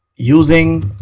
using